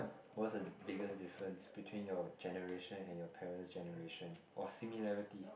what's the biggest difference between your generation and your parent's generation or similarity